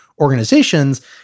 organizations